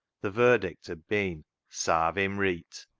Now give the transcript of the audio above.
the verdict had been sarve him reet.